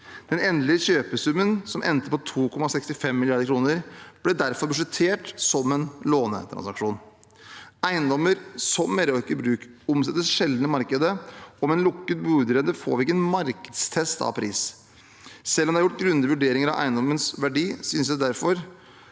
Den endelige kjøpesummen, som endte på 2,65 mrd. kr, ble derfor budsjettert som en lånetransaksjon. Eiendommer som Meraker Brug omsettes sjelden i markedet, og med en lukket budrunde får vi ikke en markedstest av pris. Selv om det er gjort grundige vurderinger av eiendommens verdi, synes det derfor